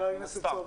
אלייך בטענות,